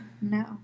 no